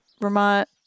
Vermont